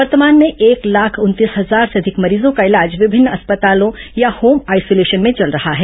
वर्तमान में एक लाख उनतीस हजार से अधिक मरीजों का इलाज विभिन्न अस्पतालों या होम आइसोलेशन में चल रहा है